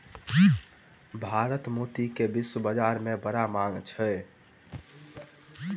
भारतक मोती के वैश्विक बाजार में बड़ मांग अछि